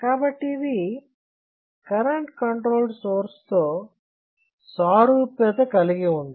కాబట్టి ఇది current control source తో సారూప్యత కలిగి ఉంది